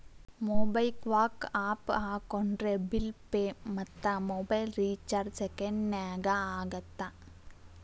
MobiKwik app ಹಾಕೊಂಡ್ರೆ bill pay ಮತ್ತ mobile recharge ಸೆಕೆಂಡನ್ಯಾಗ ಆಗತ್ತ